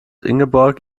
ingeborg